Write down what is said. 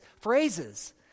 phrases